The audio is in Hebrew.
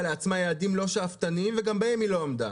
לעצמה יעדים לא שאפתניים וגם בהם היא לא עמדה,